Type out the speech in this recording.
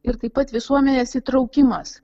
ir taip pat visuomenės įtraukimas